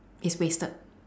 it's wasted